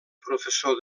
professor